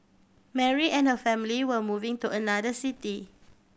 Mary and her family were moving to another city